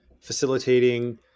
facilitating